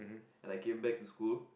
and I came back to school